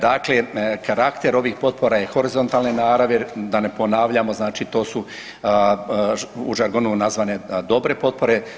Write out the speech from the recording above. Dakle, karakter ovih potpora je horizontalne naravi, a ne ponavljamo znači to su u žargonu nazvane dobre potpore.